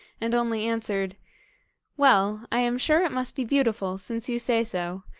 and only answered well, i am sure it must be beautiful since you say so,